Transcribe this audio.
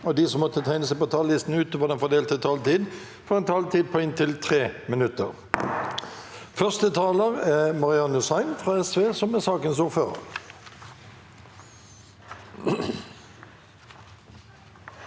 og de som måtte tegne seg på talerlisten utover den fordelte taletid, får en taletid på inntil 3 minutter. Første taler er Naomi Wessel fra Rødt, for sakens ordfører.